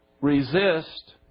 resist